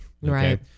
right